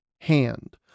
hand